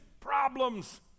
problems